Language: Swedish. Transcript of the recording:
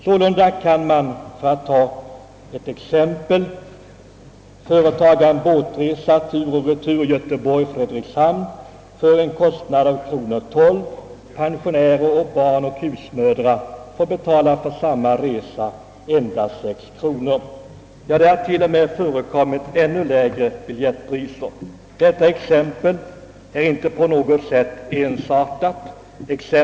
Sålunda kan man, för att ta ett exempel, göra en båtresa tur och retur Göteborg—Fredrikshavn för en kostnad av 12 kronor; pensionärer, barn och husmödrar behöver bara betala 6 kronor för samma resa. Det har till och med förekommit ännu lägre biljettpriser. Detta exempel är inte på något sätt enastående.